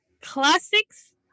Classics